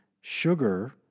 sugar